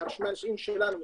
הרשמים שלנו,